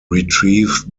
retrieved